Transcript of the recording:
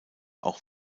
auch